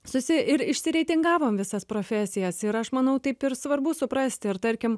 susi ir išsireitingavom visas profesijas ir aš manau taip ir svarbu suprasti ir tarkim